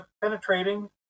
penetrating